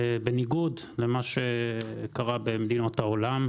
בניגוד לחובות שלא קיימות היום בעלייה לכלי טיס.